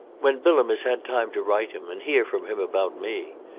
when bilham has had time to write him, and hear from him about me.